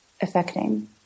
affecting